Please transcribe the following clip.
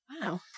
Wow